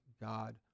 God